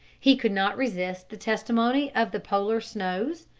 he could not resist the testimony of the polar snows,